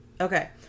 okay